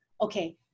okay